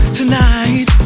tonight